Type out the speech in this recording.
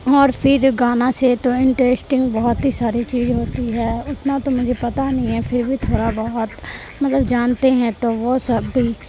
اور پھر گانا سے تو انٹیسٹنگ بہت ہی ساری چیز ہوتی ہے اتنا تو مجھے پتہ نہیں ہے پھر بھی تھوڑا بہت مطلب جانتے ہیں تو وہ سب بھی